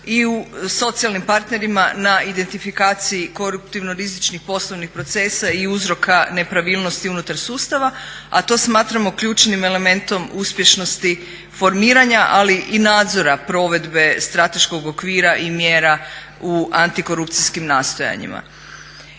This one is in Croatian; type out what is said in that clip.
i u socijalnim partnerima na identifikaciji koruptivno rizičnih poslovnih procesa i uzroka nepravilnosti unutar sustava, a to smatramo ključnim elementom uspješnosti formiranja ali i nadzora provedbe strateškog okvira i mjera u antikorupcijskim nastojanjima.